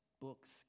books